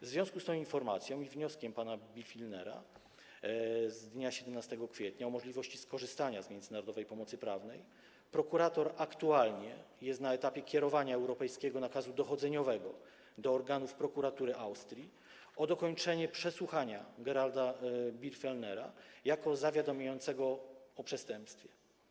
W związku z tą informacją i wnioskiem pana Birgfellnera z dnia 17 kwietnia o możliwości skorzystania z międzynarodowej pomocy prawnej prokurator aktualnie jest na etapie dotyczącym europejskiego nakazu dochodzeniowego kierowanego do organów prokuratury Austrii o dokończenie przesłuchania Geralda Birgfellnera jako zawiadamiającego o przestępstwie.